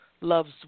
love's